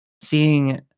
seeing